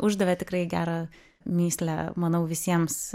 uždavė tikrai gerą mįslę manau visiems